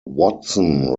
watson